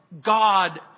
God